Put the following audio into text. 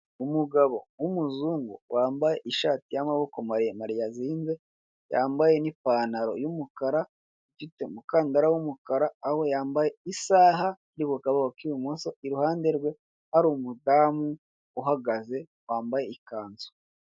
Umugabo w'umuzungu wambaye ishati y'amaboko maremare yazinze, wambaye n'ipantaro y'umukara ifite umukandara w'umukara, aho yambaye isaha yo ku kaboko k'i bumoso, I ruhande rwe hari umudamu uhagaze, wambaye ikanzu.